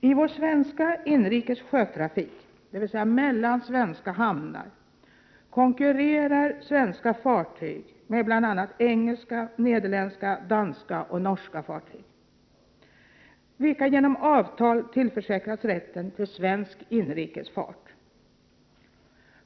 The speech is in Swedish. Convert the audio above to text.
I vår svenska inrikes sjötrafik — dvs. mellan svenska hamnar — konkurrerar svenska fartyg med bl.a. engelska, nederländska, danska och norska fartyg, vilka genom avtal tillförsäkrats rätten till svensk inrikesfart.